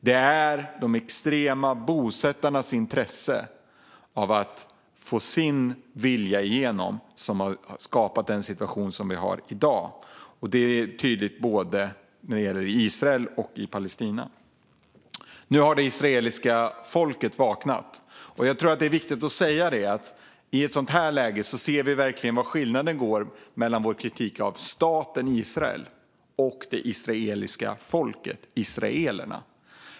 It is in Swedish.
Det är de extrema bosättarnas intresse av att få sin vilja igenom som har skapat den situation som vi har i dag, och det är tydligt både i Israel och i Palestina. Nu har det israeliska folket vaknat, och jag tror att det är viktigt att säga att i ett sådant här läge ser vi verkligen var skiljelinjen går mellan vår kritik av staten Israel och det israeliska folket, israelerna.